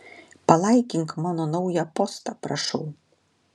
palaikink mano naują postą prašau